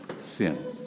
sin